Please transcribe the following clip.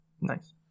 nice